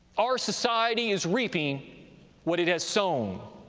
our society is reaping what it has sown,